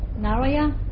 Naraya